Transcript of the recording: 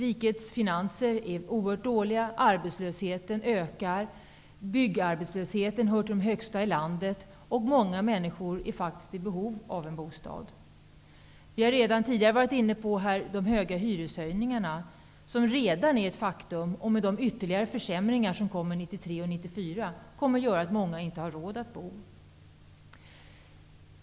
Rikets finanser är oerhört dåliga, arbetslösheten ökar - arbetslösheten i byggsektorn är en av de hösta i landet - och många människor är faktiskt i behov av en bostad. Vi har redan tidigare varit inne på de höga hyreshöjningar som redan är ett faktum. Tillsammans med de ytterligare försämringar som blir verklighet under 1993 och 1994 kommer det att innebära att många inte kommer att ha råd att bo.